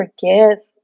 forgive